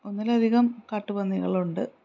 ഒന്നലധികം കാട്ടുപന്നികളുണ്ട്